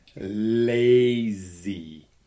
lazy